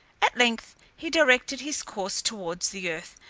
at length he directed his course towards the earth,